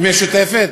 המשותפת?